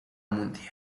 mundial